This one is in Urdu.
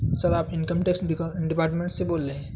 سر آپ انکم ٹیکس ڈپارٹمنٹ سے بول رہے ہیں